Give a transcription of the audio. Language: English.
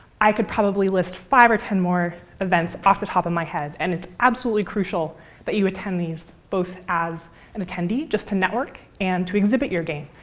i could probably list five or ten more events off the top of my head. and it's absolutely crucial that you attend these both as an attendee just to network and to exhibit your game.